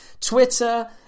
Twitter